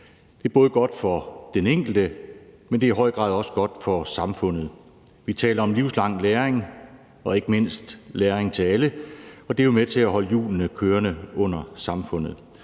Det er både godt for den enkelte, men det er i høj grad også godt for samfundet. Vi taler om livslang læring og ikke mindst om læring til alle, og det er med til at holde hjulene kørende under samfundet.